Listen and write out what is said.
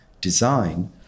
design